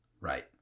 Right